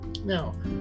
now